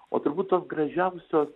o turbūt tos gražiausios